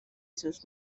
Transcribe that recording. sus